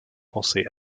penser